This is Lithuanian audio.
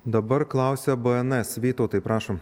dabar klausia bns vytautai prašom